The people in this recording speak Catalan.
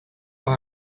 les